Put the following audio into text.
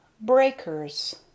Breakers